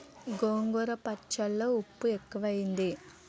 గోంగూర పచ్చళ్ళో ఉప్పు ఎక్కువైంది